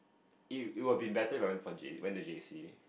it it would be better if I went to J_C